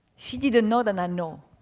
she didn't know that i know.